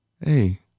hey